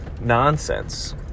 nonsense